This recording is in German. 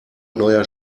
neuer